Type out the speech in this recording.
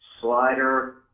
slider